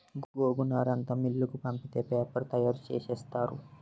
గోగునారంతా మిల్లుకు పంపితే పేపరు తయారు సేసేత్తారు